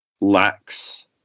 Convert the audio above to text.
lacks